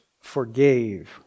forgave